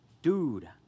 Dude